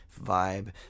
vibe